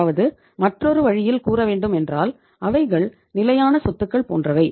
அதாவது மற்றொரு வழியில் கூறவேண்டும் என்றால் அவைகள் நிலையான சொத்துக்கள் போன்றவை